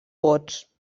vots